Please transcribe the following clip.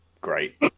Great